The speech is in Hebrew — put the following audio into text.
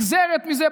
שנגזרת מפה,